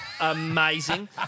amazing